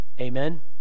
Amen